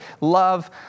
love